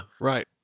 Right